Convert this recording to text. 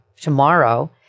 tomorrow